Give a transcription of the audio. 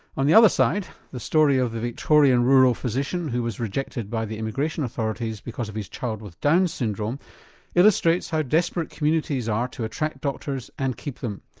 on the other side, the story of the victorian rural physician who was rejected by the immigration authorities because of his child with down syndrome illustrates how desperate communities are to attract doctors and keep them.